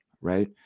right